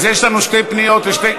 אז יש לנו שתי פניות לשתי,